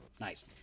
Nice